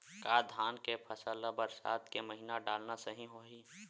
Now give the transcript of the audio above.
का धान के फसल ल बरसात के महिना डालना सही होही?